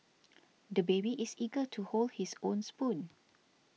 the baby is eager to hold his own spoon